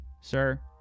sir